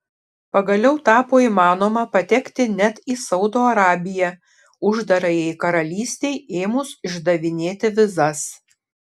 pagaliau tapo įmanoma patekti net į saudo arabiją uždarajai karalystei ėmus išdavinėti vizas